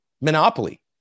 monopoly